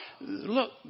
look